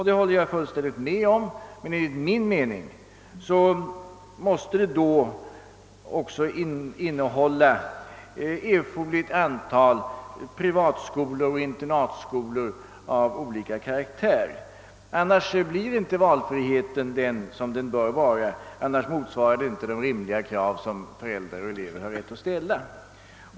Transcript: Det håller jag med om, men enligt min mening måste det då också innehålla erforderligt antal privatskolor och internatskolor av olika karaktär, ty annars blir inte valfriheten vad den bör vara och skolväsendet motsvarar inte de rimliga krav som föräldrar och elever har rätt att ställa.